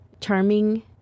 Charming